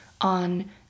on